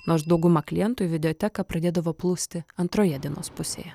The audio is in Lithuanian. nors dauguma klientų į videoteką pradėdavo plūsti antroje dienos pusėje